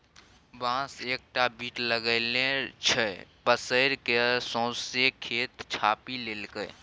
बांस एकटा बीट लगेने छै पसैर कए सौंसे खेत छापि लेलकै